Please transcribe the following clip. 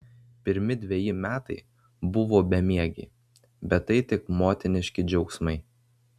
pirmi dveji metai buvo bemiegiai bet tai tik motiniški džiaugsmai